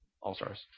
All-Stars